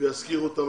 וישכירו למדינה?